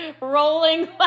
rolling